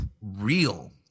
real